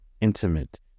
intimate